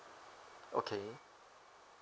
okay